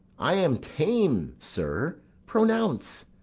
i am tame, sir pronounce.